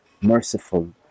merciful